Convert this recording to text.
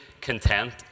content